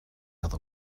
other